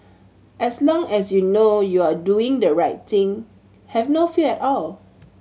as long as you know you are doing the right thing have no fear at all